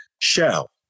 shell